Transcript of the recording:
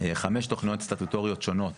חמש תכניות סטטוטוריות שונות